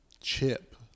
chip